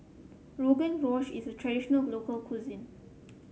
Rogan Josh is a traditional local cuisine